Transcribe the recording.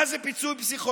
מה זה פיצול פסיכולוגי?